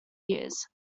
years